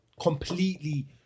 completely